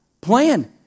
plan